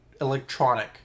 electronic